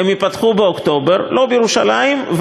הם יפתחו באוקטובר לא בירושלים,